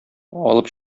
алып